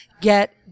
Get